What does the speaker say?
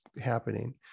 happening